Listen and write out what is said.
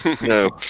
no